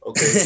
Okay